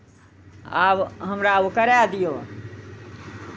आब हमरा ओ करा दिअ